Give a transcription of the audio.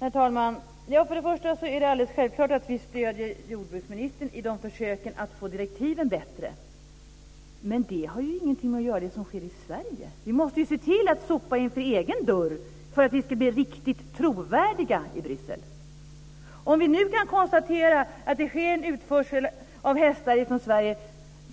Herr talman! För det första är det alldeles självklart att vi stöder jordbruksministern i försöken att få direktiven bättre. Men det har ingenting att göra med det som sker i Sverige. Vi måste se till att sopa framför egen dörr för att vi ska bli riktigt trovärdiga i Vi kan konstatera att det sker en utförsel av hästar från Sverige